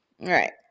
Right